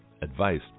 advice